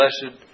Blessed